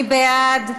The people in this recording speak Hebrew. מי בעד?